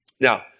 Now